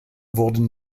wurden